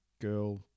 girl